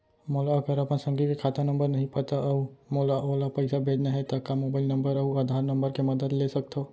मोला अगर अपन संगी के खाता नंबर नहीं पता अऊ मोला ओला पइसा भेजना हे ता का मोबाईल नंबर अऊ आधार नंबर के मदद ले सकथव?